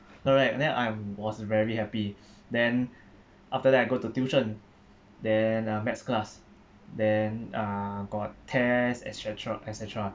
correct then I was very happy then after that I go to tuition then uh maths class then uh got test et cetera et cetera